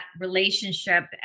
relationship